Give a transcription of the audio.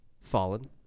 Fallen